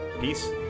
Peace